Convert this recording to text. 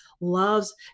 loves